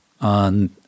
on